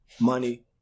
money